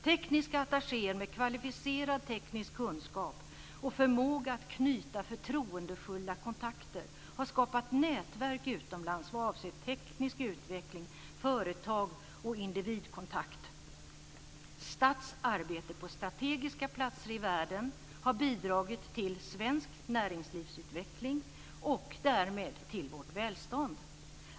Tekniska attachéer med kvalificerad teknisk kunskap och förmåga att knyta förtroendefulla kontakter har skapat nätverk utomlands vad avser teknisk utveckling, företag och individkontakt. STATT:s arbete på strategiska platser i världen har bidragit till svensk näringslivsutveckling och därmed till vårt välstånd.